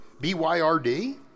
B-Y-R-D